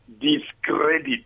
discredit